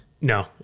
No